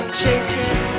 chasing